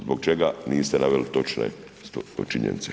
Zbog čega niste naveli točne činjenice?